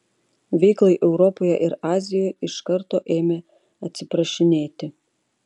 veiklai europoje ir azijoje iš karto ėmė atsiprašinėti